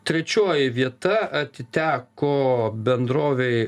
trečioji vieta atiteko bendrovei